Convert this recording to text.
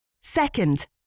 Second